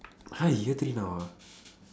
!huh! he year three now ah